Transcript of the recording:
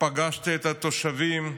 פגשתי את התושבים,